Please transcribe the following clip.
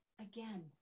Again